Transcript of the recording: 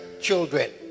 children